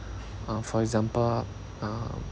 uh for example uh